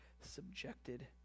subjected